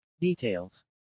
details